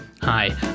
Hi